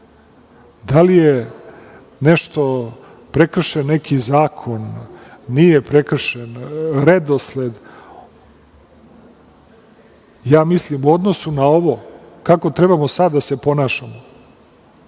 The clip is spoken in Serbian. li je nešto prekršen neki zakon, nije prekršen, redosled. Ja mislim u odnosu na ovo kako trebamo sad da se ponašamo